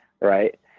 Right